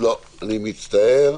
אני מצטער.